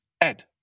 Ed